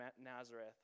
Nazareth